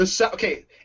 Okay